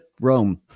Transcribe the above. Rome